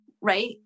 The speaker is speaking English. right